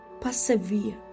persevere